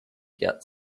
get